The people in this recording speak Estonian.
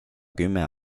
kümme